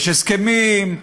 יש הסכמים,